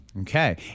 Okay